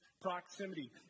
Proximity